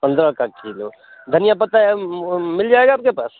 पंद्रह का ठीक है धनिया पत्ता मिल जाएगा आपके पास